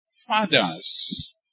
Fathers